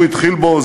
הוא התחיל בו.